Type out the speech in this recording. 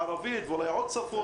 בערבית ובעוד שפות.